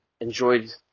enjoyed